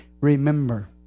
remember